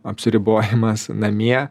apsiribojimas namie